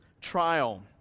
trial